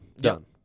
done